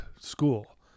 school